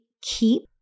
keep